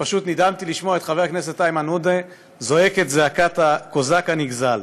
ופשוט נדהמתי לשמוע את חבר הכנסת איימן עודה זועק את זעקת הקוזק הנגזל.